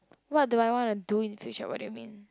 what do I want to do in the future what do you mean